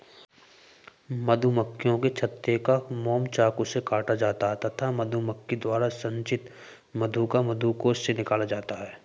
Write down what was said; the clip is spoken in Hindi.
मधुमक्खियों के छत्ते का मोम चाकू से काटा जाता है तथा मधुमक्खी द्वारा संचित मधु को मधुकोश से निकाला जाता है